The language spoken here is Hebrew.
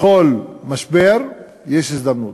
בכל משבר יש הזדמנות.